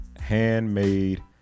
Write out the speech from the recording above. Handmade